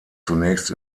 zunächst